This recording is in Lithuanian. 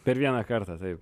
per vieną kartą taip